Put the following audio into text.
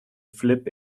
flip